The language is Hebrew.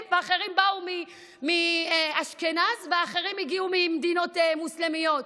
ואחרים באו מאשכנז ואחרים הגיעו ממדינות מוסלמיות.